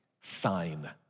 sign